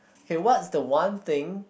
hey what's the one thing